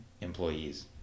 employees